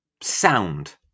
sound